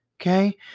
Okay